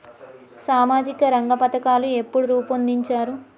సామాజిక రంగ పథకాలు ఎప్పుడు రూపొందించారు?